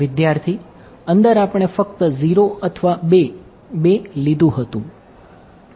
વિદ્યાર્થી અંદર આપણે ફક્ત 0 અથવા 2 2 લીધું હતું